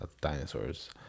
dinosaurs